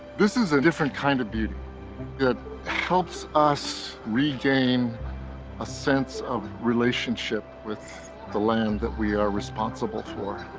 this is a different kind of beauty that helps us regain a sense of relationship with the land, that we are responsible for.